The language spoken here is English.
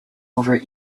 over